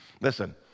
Listen